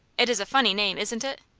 it is a funny name, isn't it?